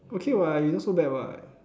okay what you not so bad what